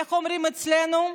איך אומרים אצלנו?